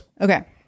Okay